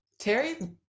Terry